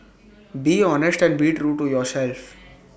be honest and be true to yourself